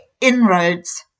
inroads